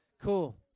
Cool